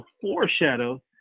foreshadow